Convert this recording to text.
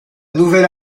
nouvelle